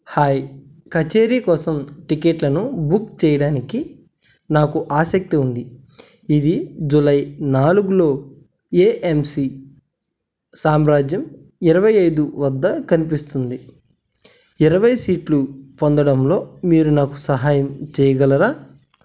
hi కచేరీ కోసం టిక్కెట్లను బుక్ చేయడానికి నాకు ఆసక్తి ఉంది ఇది జూలై నాలుగులో ఏ ఎమ్ సీ సామ్రాజ్యం ఇరవై ఐదు వద్ద కనిపిస్తుంది ఇరవై సీట్లు పొందడంలో మీరు నాకు సహాయం చేయగలరా